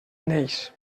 neix